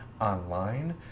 online